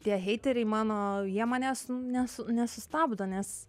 tie heiteriai mano jie manęs nesu nesustabdo nes